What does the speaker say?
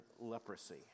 leprosy